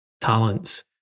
talents